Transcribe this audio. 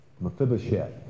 Mephibosheth